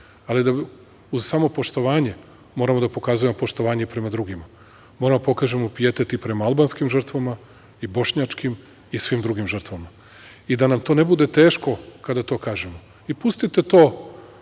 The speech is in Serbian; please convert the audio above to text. uz samopoštovanje, moramo da pokazujemo poštovanje i prema drugima, moramo da pokažemo pijetet i prema albanskim žrtvama i bošnjačkim i svim drugim žrtvama i da nam to ne bude teško kada to kažemo. Pustite to